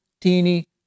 teeny